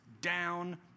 down